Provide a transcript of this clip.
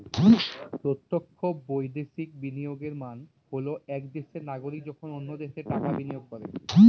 প্রত্যক্ষ বৈদেশিক বিনিয়োগের মানে হল এক দেশের নাগরিক যখন অন্য দেশে টাকা বিনিয়োগ করে